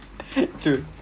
true